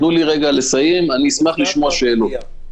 תנו לי לסיים ואני אשמח לשמוע שאלות.